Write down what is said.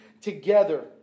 together